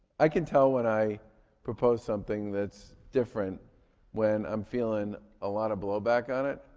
i can tell when i propose something that's different when i'm feeling a lot of blowback on it.